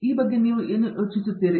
ಆದ್ದರಿಂದ ನೀವು ಏನು ಯೋಚಿಸುತ್ತೀರಿ